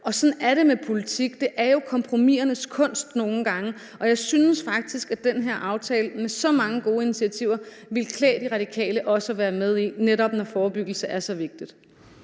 Og Sådan er det politik, det er jo kompromisernes kunst nogle gange. Jeg synes faktisk, at den her aftale med så mange gode initiativer ville klæde De Radikale også at være med i, netop når forebyggelse er så vigtigt.